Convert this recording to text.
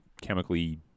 chemically